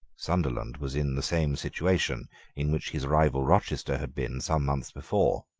sunderland was in the same situation in which his rival rochester had been some months before.